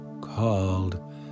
called